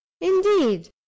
Indeed